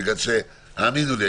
האמינו לי,